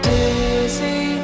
Dizzy